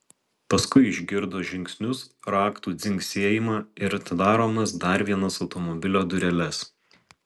paskui išgirdo žingsnius raktų dzingsėjimą ir atidaromas dar vienas automobilio dureles